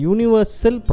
Universal